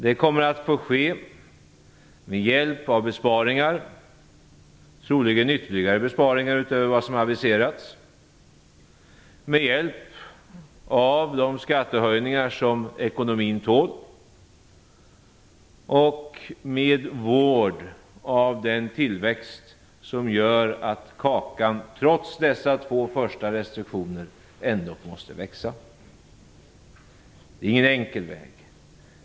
Det kommer att få ske med hjälp av besparingar, troligen ytterligare besparingar utöver vad som aviserats, med hjälp av de skattehöjningar som ekonomin tål och med vård av den tillväxt som gör att kakan trots de två första restriktionerna ändå måste växa. Det är ingen enkel väg.